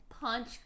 punch